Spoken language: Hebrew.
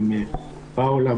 עם פאולה,